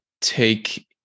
take